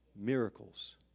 Miracles